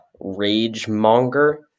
Ragemonger